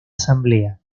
asamblea